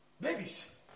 Babies